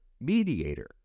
mediator